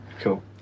Cool